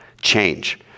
change